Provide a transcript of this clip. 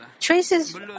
Traces